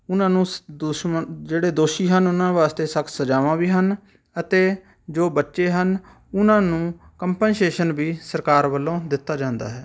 ਉਹਨਾਂ ਨੂੰ ਸ ਦੁਸ਼ਮਣ ਜਿਹੜੇ ਦੋਸ਼ੀ ਹਨ ਉਹਨਾਂ ਵਾਸਤੇ ਸਖਤ ਸਜਾਵਾਂ ਵੀ ਹਨ ਅਤੇ ਜੋ ਬੱਚੇ ਹਨ ਉਹਨਾਂ ਨੂੰ ਕੰਪਨਸੇਸ਼ਨ ਵੀ ਸਰਕਾਰ ਵੱਲੋਂ ਦਿੱਤਾ ਜਾਂਦਾ ਹੈ